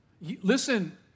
Listen